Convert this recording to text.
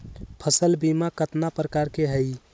फसल बीमा कतना प्रकार के हई?